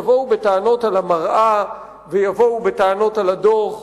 יבואו בטענות על המראה ויבואו בטענות על הדוח,